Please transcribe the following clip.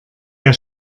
der